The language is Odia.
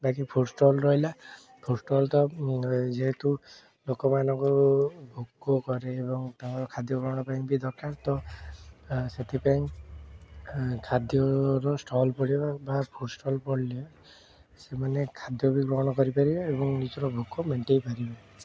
ବାକି ଫୁଡ଼ଷ୍ଟଲ୍ ରହିଲା ଫୁଡ଼ଷ୍ଟଲ୍ ତ ଯେହେତୁ ଲୋକମାନଙ୍କୁ ଭୋକ କରେ ଏବଂ ତାଙ୍କର ଖାଦ୍ୟ ଗ୍ରହଣ ପାଇଁ ବି ଦରକାର ତ ସେଥିପାଇଁ ଖା ଖାଦ୍ୟର ଷ୍ଟଲ୍ ପଡ଼ିବ ବା ଫୁଡ଼ଷ୍ଟଲ୍ ପଡ଼ିଲେ ସେମାନେ ଖାଦ୍ୟ ବି ଗ୍ରହଣ କରିପାରିବେ ଏବଂ ନିଜର ଭୋକ ମେଣ୍ଟେଇ ପାରିବେ